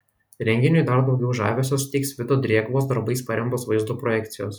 renginiui dar daugiau žavesio suteiks vido drėgvos darbais paremtos vaizdo projekcijos